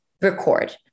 record